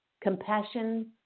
compassion